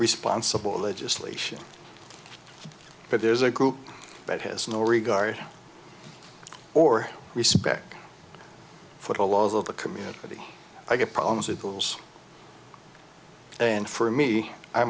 responsible legislation but there's a group that has no regard or respect for the laws of the community i get problems with bills and for me i